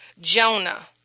Jonah